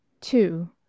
Two